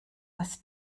das